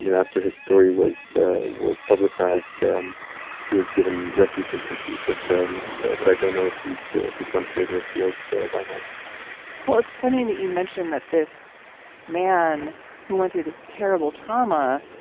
you know after his story was was publicized. um he was given refuge in turkey. but um but but i don't know if he's if he's gone further afield by now well, it's funny that you mentioned that this man who went through this terrible trauma,